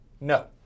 No